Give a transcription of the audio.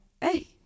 hey